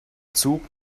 zug